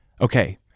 Okay